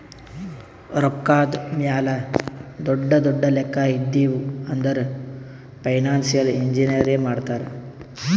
ರೊಕ್ಕಾದ್ ಮ್ಯಾಲ ದೊಡ್ಡು ದೊಡ್ಡು ಲೆಕ್ಕಾ ಇದ್ದಿವ್ ಅಂದುರ್ ಫೈನಾನ್ಸಿಯಲ್ ಇಂಜಿನಿಯರೇ ಮಾಡ್ತಾರ್